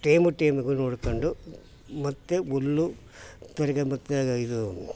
time ಟೇಮಿಗೂ ನೋಡ್ಕೊಂಡು ಮತ್ತು ಹುಲ್ಲು ತಿರ್ಗಿ ಮತ್ತೆ ಇದು